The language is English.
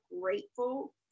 grateful